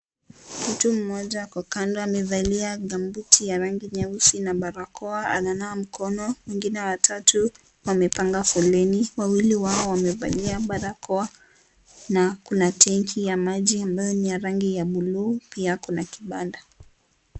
Mtu mmoja ako kando amevalia gambuti ya rangi nyeusi na barakoa ananawa mkono, wengine watatu wamepanga foleni, wawili wao wamevalia barakoa na kuna tenki ya maji ambayo ni ya rangi ya buluu pia kuna kibanda.